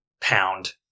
pound